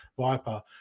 Viper